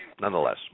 nonetheless